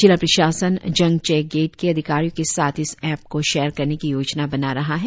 जिला प्रशासन जंग चेक गेट के अधिकारियों के साथ इस एप्प को शेयर करने की योजना बना रहा है